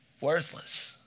worthless